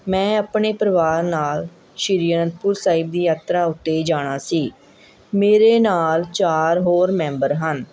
ਮੈਂ ਆਪਣੇ ਪਰਿਵਾਰ ਨਾਲ ਸ਼੍ਰੀ ਅਨੰਦਪੁਰ ਸਾਹਿਬ ਦੀ ਯਾਤਰਾ ਉੱਤੇ ਜਾਣਾ ਸੀ ਮੇਰੇ ਨਾਲ਼ ਚਾਰ ਹੋਰ ਮੈਂਬਰ ਹਨ